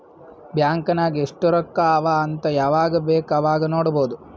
bank ನಾಗ್ ಎಸ್ಟ್ ರೊಕ್ಕಾ ಅವಾ ಅಂತ್ ಯವಾಗ ಬೇಕ್ ಅವಾಗ ನೋಡಬೋದ್